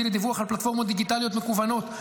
לדיווח על פלטפורמות דיגיטליות מקוונות,